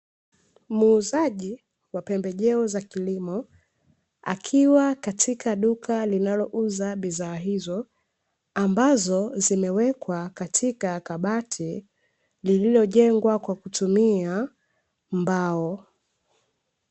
Muuzaji wa pembejeo za kilimo, akiwa katika duka linalouza bidhaa hizo ambazo zimewekwa katika kabati lililojengwa kwa kutumia mbao.